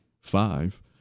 five